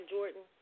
Jordan